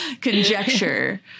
conjecture